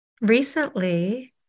recently